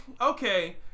okay